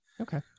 Okay